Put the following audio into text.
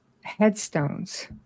headstones